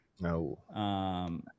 no